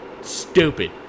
stupid